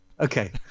okay